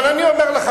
אבל אני אומר לך,